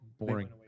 boring